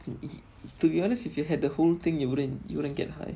it to be honest if you had the whole thing you wouldn't you wouldn't get high